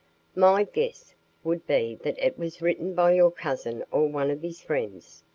my guess would be that it was written by your cousin or one of his friends.